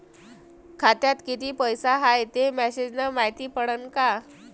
खात्यात किती पैसा हाय ते मेसेज न मायती पडन का?